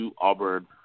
Auburn